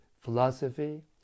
philosophy